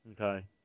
Okay